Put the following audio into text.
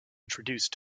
introduced